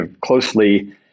closely